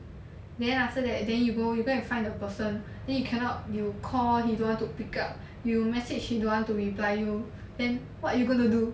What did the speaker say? then after that then you go you go and find the person then you cannot you call he don't want to pick up you message he don't want to reply you then what you gonna do